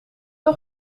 nog